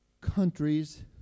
countries